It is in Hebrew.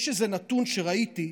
יש איזה נתון שראיתי: